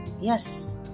Yes